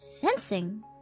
Fencing